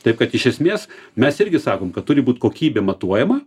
taip kad iš esmės mes irgi sakom kad turi būt kokybė matuojama